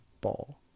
ball